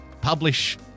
publish